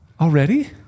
Already